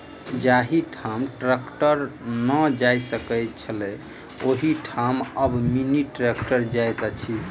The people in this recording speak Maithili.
जाहि ठाम ट्रेक्टर नै जा सकैत छलै, ओहि ठाम आब मिनी ट्रेक्टर जाइत अछि